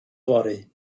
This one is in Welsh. fory